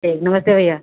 ठीक नमस्ते भैया